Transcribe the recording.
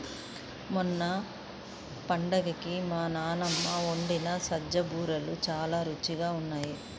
మొన్న పండక్కి మా నాన్నమ్మ వండిన సజ్జ బూరెలు చాలా రుచిగా ఉన్నాయి